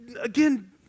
again